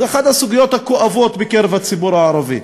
זו אחת הסוגיות הכואבות בקרב הציבור הערבי,